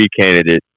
candidate